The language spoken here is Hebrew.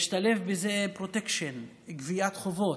משתלבים בזה פרוטקשן, גביית חובות,